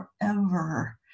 forever